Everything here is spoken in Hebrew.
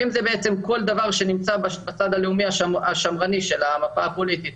וכל דבר שנמצא בצד הלאומי והשמרני של המפה הפוליטית.